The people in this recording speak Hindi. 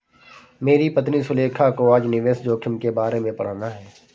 मेरी पत्नी सुलेखा को आज निवेश जोखिम के बारे में पढ़ना है